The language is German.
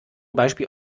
beispiel